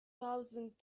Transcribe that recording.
thousand